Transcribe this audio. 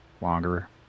longer